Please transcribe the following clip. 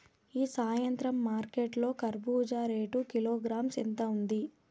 ఈ సాయంత్రం మార్కెట్ లో కర్బూజ రేటు కిలోగ్రామ్స్ ఎంత ఉంది?